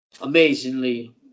amazingly